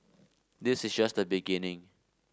this is just the beginning